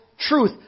Truth